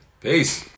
Peace